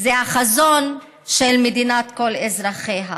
זה החזון של מדינת כל אזרחיה.